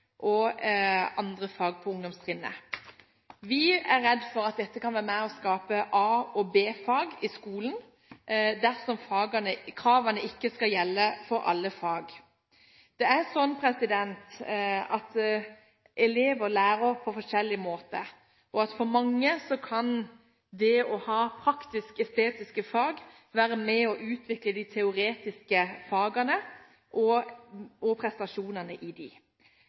og andre fag på ungdomstrinnet. Vi er redd for at dette kan være med på å skape a- og b-fag i skolen, dersom kravene ikke skal gjelde for alle fag. Det er slik at elever lærer på forskjellig måte, og at for mange kan det å ha praktisk-estetiske fag være med på å utvikle de teoretiske fagene og prestasjonene i